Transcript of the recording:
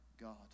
God